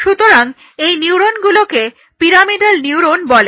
সুতরাং এই নিউরনগুলোকে পিরামিডাল নিউরন বলে